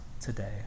today